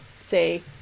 say